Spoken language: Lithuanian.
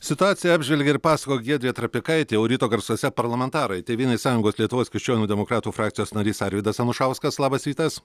situaciją apžvelgė ir pasakojo giedrė trapikaitė o ryto garsuose parlamentarai tėvynės sąjungos lietuvos krikščionių demokratų frakcijos narys arvydas anušauskas labas rytas